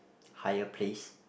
higher place